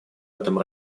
этом